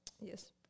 Yes